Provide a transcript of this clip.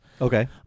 Okay